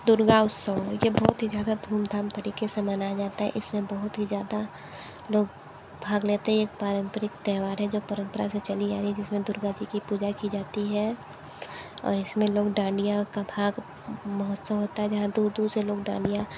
दुर्गा उत्सव यह बहुत ही ज़्यादा धूम धाम तरीक़े से मनाया जाता है इस में बहुत ही ज़्यादा लोग भाग लेते हैं ये एक पारंम्परिक त्यौहार है जो परंम्परा से चली आ रही है इस में दुर्गा जी का पूजा की जाती है और इस में नव डांडिया का भाग महाउत्सव होता है जहाँ लोग दूर दूर से लोग डांडिया